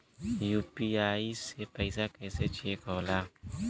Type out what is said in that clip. UPI से पैसा कैसे चेक होला?